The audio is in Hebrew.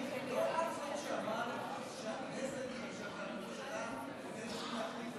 לא היה חוק שאמר שהכנסת והממשלה הם שצריכים להחליט